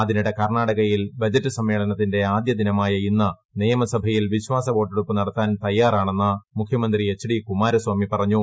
അതിനിടെ കർണാടകയിൽ ബജറ്റ് സമ്മേളനത്തിന്റെ ആദ്യ ദിനമായ ഇന്ന് നിയമസഭയിൽ വിശ്വാസവോട്ടെടുപ്പ് നടത്താൻ തയ്യാറാണെന്ന് മുഖ്യമന്ത്രി എച്ച് ഡി കുമാരസ്വാമി പറഞ്ഞു